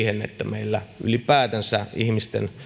meillä ylipäätänsä ihmisten